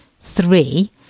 three